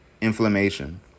inflammation